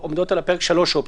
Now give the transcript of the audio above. עומדות על הפרק שלוש אופציות.